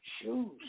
shoes